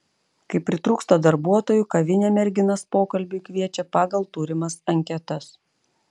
kai pritrūksta darbuotojų kavinė merginas pokalbiui kviečia pagal turimas anketas